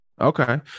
Okay